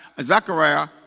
Zachariah